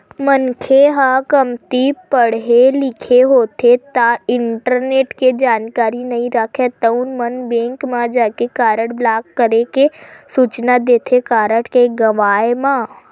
मनखे ह कमती पड़हे लिखे होथे ता इंटरनेट के जानकारी नइ राखय तउन मन बेंक म जाके कारड ब्लॉक करे के सूचना देथे कारड के गवाय म